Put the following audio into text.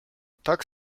tak